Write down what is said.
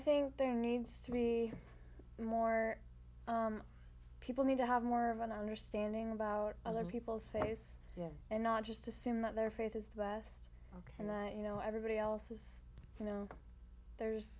think there needs to be more people need to have more of an understanding about other people's face and not just assume that their faith is the best and that you know everybody else is you know there's